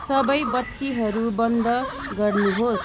सबै बत्तीहरू बन्द गर्नुहोस्